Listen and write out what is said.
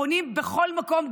שחונים בכל מקום,